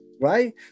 right